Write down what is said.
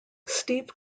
steve